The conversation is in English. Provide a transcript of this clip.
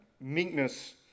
meekness